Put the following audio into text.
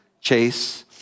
chase